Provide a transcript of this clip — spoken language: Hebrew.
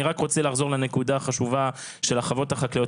אני רק רוצה לחזור לנקודה החשובה של החוות החקלאיות.